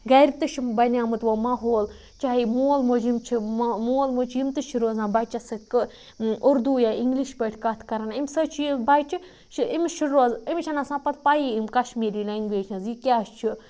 گَرِ تہِ چھِ بَنیٛومُت وۄنۍ ماحول چاہے مول موج یِم چھِ ما مول موج یِم تہِ چھِ روزان بَچَس سۭتۍ کٲ اُردوٗ یا اِنٛگلِش پٲٹھۍ کَتھ کَران اَمہِ سۭتۍ چھِ یہِ بَچہِ یہِ چھِ أمِس چھِ روز أمِس چھَنہٕ آسان پَتہٕ پَیی کشمیٖری لنٛگویجہِ ہِنٛز یہِ کیٛاہ چھِ